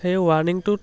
সেই ৱাৰ্ণিঙটোত